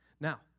Now